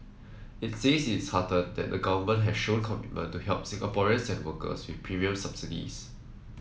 it says it's heartened that the Government has shown commitment to help Singaporeans and workers with premium subsidies